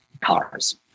cars